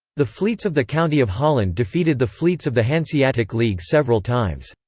the fleets of the county of holland defeated the fleets of the hanseatic league several times.